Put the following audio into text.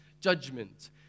judgment